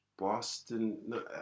Boston